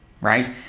right